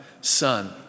son